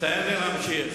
תן לי להמשיך.